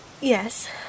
Yes